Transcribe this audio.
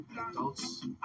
adults